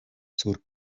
sur